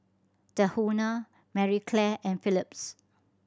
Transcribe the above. Tahuna Marie Claire and Philips